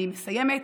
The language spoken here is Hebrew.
אני מסיימת.